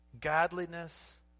godliness